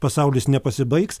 pasaulis nepasibaigs